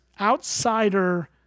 outsider